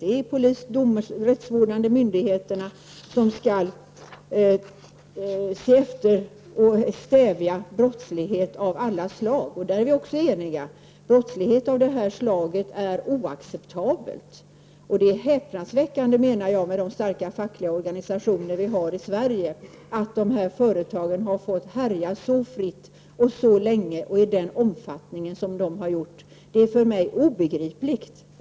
Det är de rättsvårdande myndigheterna som skall se efter och stävja brottslighet av alla slag. Där är vi också eniga. Brottslighet av det här slaget är oacceptabel. Med tanke på de starka fackliga organisationer som vi har i Sverige är det häpnadsväckande att företagen har fått härja så fritt, så länge och i den omfattning som det är fråga om. Detta är för mig obegripligt.